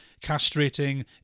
castrating